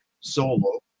solo